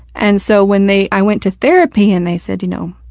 and so when they i went to therapy and they said, you know,